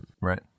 Right